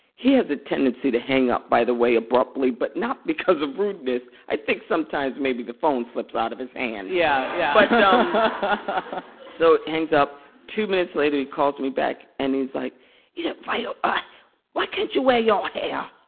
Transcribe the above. he has a tendency to hang up, by the way abruptly, but not because of rudeness. i think sometimes maybe the phone slips out of his hand and yeah, yeah but so hangs up two minutes later, he calls me back. and he's like you know why ah ah why can't you wear your hair,